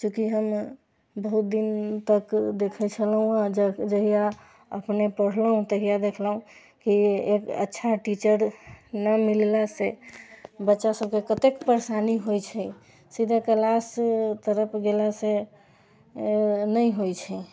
चूँकि हम बहुत दिन तक देखे छलहुँ हँ जब जाहिया अपने पढ़लहुँ तहिया देखलहुँ की एक अच्छा टीचर नहि मिललासँ बच्चा सबके कतेक परेशानी होइ छै सीधा क्लास तड़पि गेलासँ नहि होइ छै